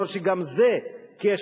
למרות שגם זה קשר,